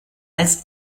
als